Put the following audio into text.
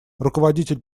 руководитель